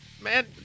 Man